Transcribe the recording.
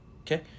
okay